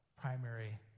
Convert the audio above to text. primary